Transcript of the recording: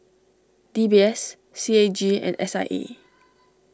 D B S C A G and S I E